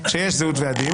כשיש זהות ועדים